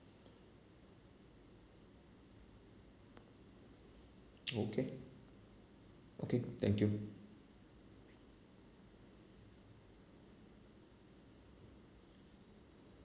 okay okay thank you